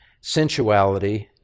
sensuality